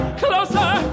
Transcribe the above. closer